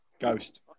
Ghost